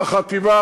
והחטיבה,